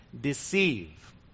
deceive